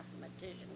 mathematician